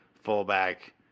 fullback